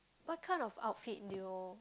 what kind of outfit do you